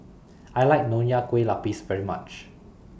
I like Nonya Kueh Lapis very much